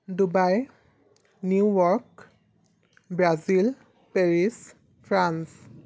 Dubai New York Brazil Paris France